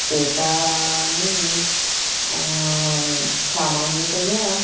एतानि सामान्यतया